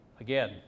again